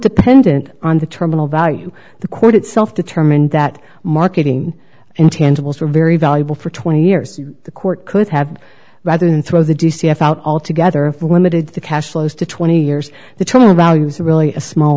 dependent on the terminal value the court itself determined that marketing intangibles were very valuable for twenty years the court could have rather than throw the d c s out altogether for a limited the cash flows to twenty years the value is really a small